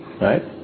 right